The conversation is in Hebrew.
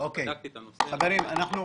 אחרי שבדקתי את הנושא, התשובה